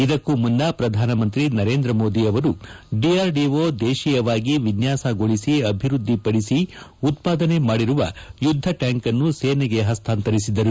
ಇದಕ್ಕೂ ಮುನ್ನ ಪ್ರಧಾನಮಂತ್ರಿ ನರೇಂದ್ರ ಮೋದಿ ಅವರು ಡಿಆರ್ಡಿಒ ದೇಶೀಯವಾಗಿ ವಿನ್ಹಾಸಗೊಳಿಸಿ ಅಭಿವೃದ್ದಿ ಪಡಿಸಿ ಉತ್ವಾದನೆ ಮಾಡಿರುವ ಯುದ್ಧ ಟ್ಕಾಂಕ್ ಅನ್ನು ಸೇನೆಗೆ ಹಸ್ತಾಂತರಿಸಿದರು